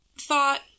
thought